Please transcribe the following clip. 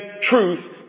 truth